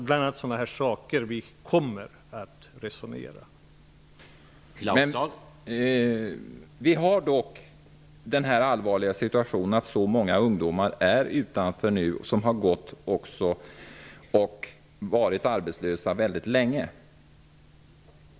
Bl.a. sådana här saker kommer vi att resonera om.